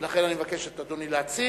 לכן אני מבקש מאדוני להציג.